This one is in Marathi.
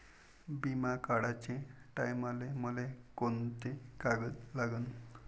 बिमा काढाचे टायमाले मले कोंते कागद लागन?